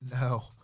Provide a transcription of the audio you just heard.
No